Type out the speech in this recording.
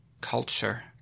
culture